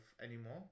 anymore